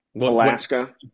Alaska